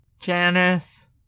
Janice